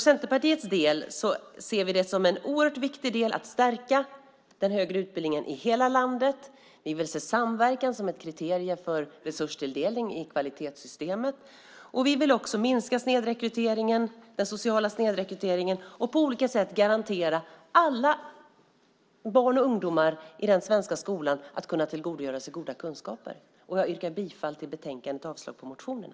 Centerpartiets ser det som oerhört viktigt att stärka den högre utbildningen i hela landet. Vi vill se samverkan som ett kriterium för resurstilldelning i kvalitetssystemet. Vi vill minska den sociala snedrekryteringen och på olika sätt garantera att alla barn och ungdomar i den svenska skolan kan tillgodogöra sig goda kunskaper. Jag yrkar bifall till förslagen i betänkandet och avslag på motionerna.